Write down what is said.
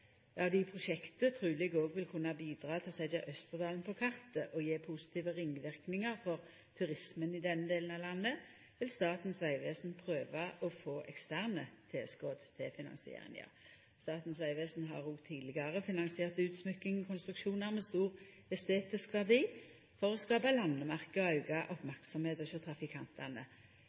prosjektet truleg òg vil kunna bidra til å setja Østerdalen på kartet og gje positive ringverknader for turismen i denne delen av landet, vil Statens vegvesen prøva å få eksterne tilskot til finansieringa. Statens vegvesen har òg tidlegare finansiert utsmykking og konstruksjonar med stor estetisk verdi for å skapa landemerke og auka merksemda hjå trafikantane.